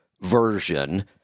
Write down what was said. version